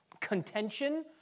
contention